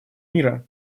мира